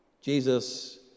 Jesus